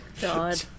God